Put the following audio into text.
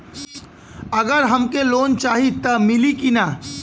अगर हमके लोन चाही त मिली की ना?